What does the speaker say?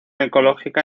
ecológica